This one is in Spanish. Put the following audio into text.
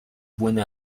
buena